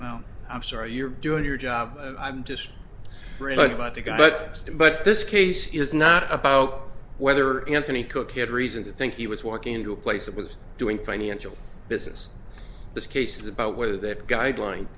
the i'm sorry you're doing your job and i'm just thrilled about the guy but but this case is not about whether anthony cooke had reason to think he was walking into a place that was doing financial business this case is about whether that guideline